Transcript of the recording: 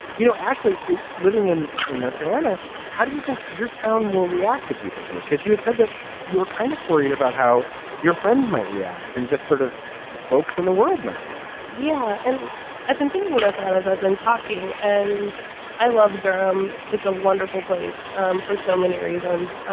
you know, actually living in in north carolina how do you think your town will react if you propose? because you had said that you were kind of worried about how your friends might react and just sort of folks in the world might react yeah, and i've been thinking about that as i've been talking. and i love durham. it's a wonderful place um for so many reasons.